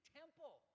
temple